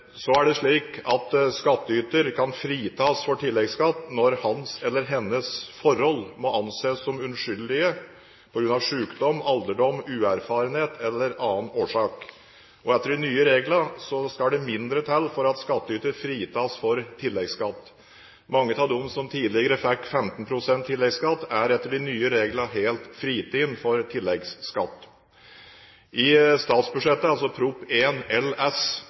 kan fritas for tilleggsskatt når hans eller hennes forhold må anses som unnskyldelig på grunn av sykdom, alderdom, uerfarenhet eller annen årsak. Etter de nye reglene skal det mindre til for at skattyter fritas for tilleggsskatt. Mange av de som tidligere fikk 15 pst. tilleggsskatt, er etter de nye reglene helt fritatt for tilleggsskatt. I statsbudsjettet – Prop.